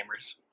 gamers